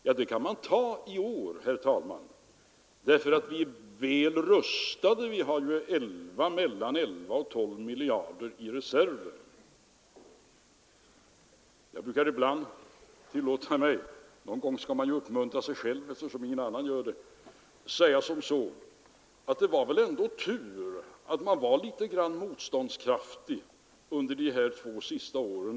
Detta kan man ta i år, herr talman, därför att vi är väl rustade — vi har ju mellan 11 och 12 miljarder i reserver. Jag brukar ibland tillåta mig — någon gång skall man ju uppmuntra sig själv, eftersom ingen annan gör det — att säga som så, att det var väl ändå tur att man var litet grand motståndskraftig under de här två senaste åren.